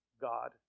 God